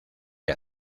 que